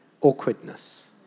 awkwardness